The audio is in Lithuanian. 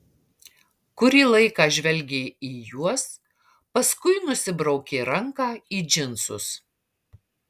kurį laiką žvelgė į juos paskui nusibraukė ranką į džinsus